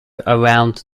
around